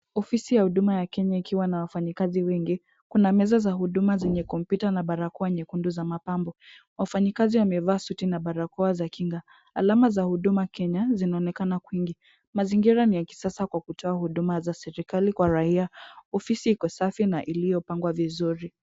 Ofisi ya huduma ya Kenya ikiwa na wafanyikazi wengi, kuna meza za huduma zenye kompyuta na barakoa nyekundu za mapambo . Wafanyikazi wamevaa suti na barakoa za kinga . Alama za Huduma Kenya zinaonekana kwingi. Mazingira ni ya kisasa kwa kutoa huduma za serikali kwa raia . Ofisi iko safi na iliyopangwa vizuri.